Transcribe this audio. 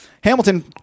Hamilton